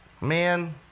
man